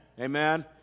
Amen